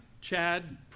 Chad